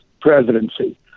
presidency